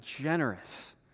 generous